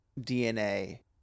DNA